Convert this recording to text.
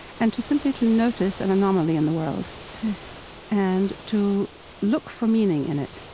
and to simply to notice an anomaly in the world and to look for meaning in it.